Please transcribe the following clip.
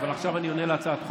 אבל עכשיו אני עונה על הצעת החוק.